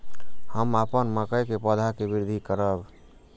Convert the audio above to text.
हम अपन मकई के पौधा के वृद्धि करब?